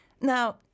Now